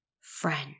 friend